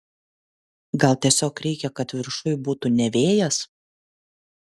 gal tiesiog reikia kad viršuj būtų ne vėjas